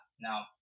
Now